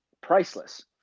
priceless